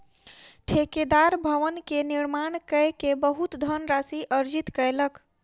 ठेकेदार भवन के निर्माण कय के बहुत धनराशि अर्जित कयलक